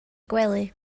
gwely